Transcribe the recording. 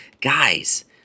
Guys